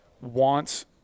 wants